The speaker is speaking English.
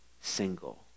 single